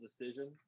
decision